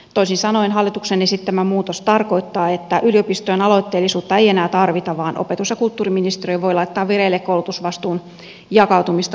toisin sanoen hallituksen esittämä muutos tarkoittaa että yliopistojen aloitteellisuutta ei enää tarvita vaan opetus ja kulttuuriministeriö voi laittaa vireille koulutusvastuun jakautumista koskevan muutoksen